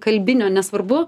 kalbinio nesvarbu